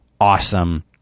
awesome